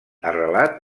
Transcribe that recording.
arrelat